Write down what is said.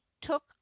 took